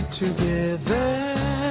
together